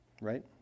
right